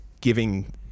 giving